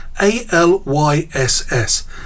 A-L-Y-S-S